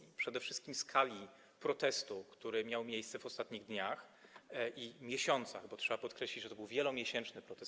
Chodzi przede wszystkim o skalę protestu, który miał miejsce w ostatnich dniach i miesiącach, bo trzeba podkreślić, że to był wielomiesięczny protest.